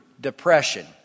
depression